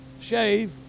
shave